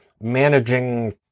managing